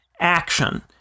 action